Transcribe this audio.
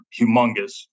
humongous